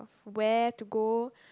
where to go